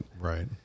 right